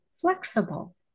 flexible